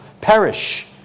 perish